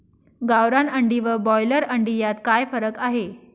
गावरान अंडी व ब्रॉयलर अंडी यात काय फरक आहे?